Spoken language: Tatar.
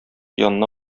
янына